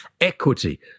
Equity